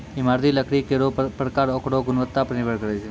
इमारती लकड़ी केरो परकार ओकरो गुणवत्ता पर निर्भर करै छै